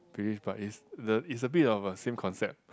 Bugis but it's the it's a bit of a same concept